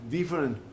different